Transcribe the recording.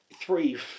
three